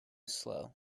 slow